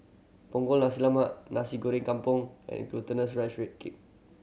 Punggol Nasi Lemak Nasi Goreng Kampung and glutinous rice cake